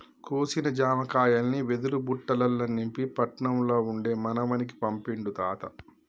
కోసిన జామకాయల్ని వెదురు బుట్టలల్ల నింపి పట్నం ల ఉండే మనవనికి పంపిండు తాత